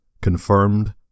confirmed